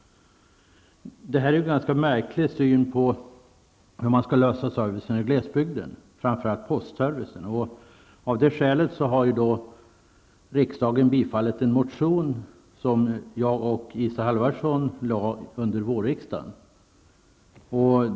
Det här är en ganska märklig syn på hur man kan lösa problemet med servicen i glesbygden, framför allt postservicen. Av det skälet har riksdagen bifallit en motion som jag och Isa Halvarsson väckte under vårriksdagen.